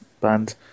band